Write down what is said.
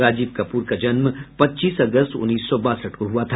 राजीव कप्र का जन्म पच्चीस अगस्त उन्नीस सौ बासठ को हुआ था